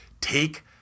Take